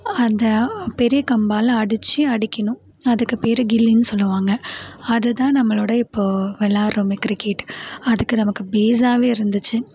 அந்த பெரிய கம்பால் அடிச்சு அடிக்கணும் அதுக்கு பேர் கில்லின்னு சொல்லுவாங்கள் அதுதான் நம்மளோடைய இப்போது விளாட்றோமே கிரிக்கெட் அதுக்கு நமக்கு பேஸ்ஸாகவே இருந்துச்சு